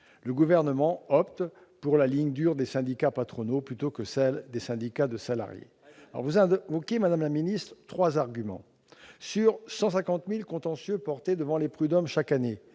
Le Gouvernement opte pour la ligne dure des syndicats patronaux plutôt que pour celle des syndicats de salariés. Très bien ! Vous invoquez, madame la ministre, trois arguments. Sur 150 000 contentieux portés devant les prud'hommes chaque année,